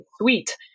sweet